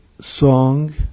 song